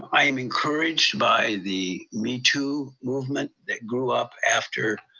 um i'm encouraged by the me too movement that grew up after